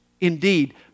Indeed